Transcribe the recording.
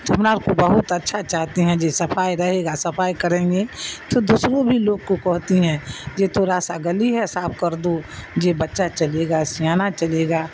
تو ہم نا آپ کو بہت اچھا چاہتے ہیں جی صفائی رہے گا صفائی کریں گے تو دوسروں بھی لوگ کو کہتی ہیں یہ تھوڑا سا گلی ہے صاف کر دو جے بچہ چلے گا سیانا چلے گا